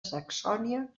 saxònia